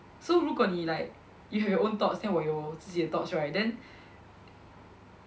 so 如果你 like if you have your own thoughts then 我有我自己的 thoughts right then